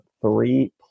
three